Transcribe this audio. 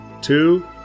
Two